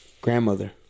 Grandmother